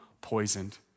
poisoned